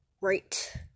Right